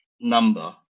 number